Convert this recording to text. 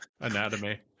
anatomy